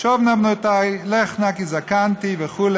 בכל